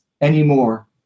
anymore